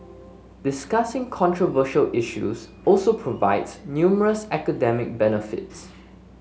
discussing controversial issues also provides numerous academic benefits